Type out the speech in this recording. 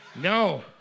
No